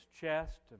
chest